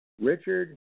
Richard